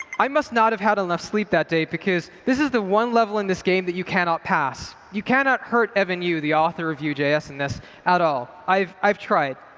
i must not have had enough sleep that day because this is the one level in this game that you cannot pass. you cannot hurt evan you, the author of vue js in this at all. i've i've tried.